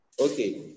Okay